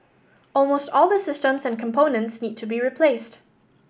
almost all the systems and components need to be replaced